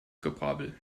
gebrabbel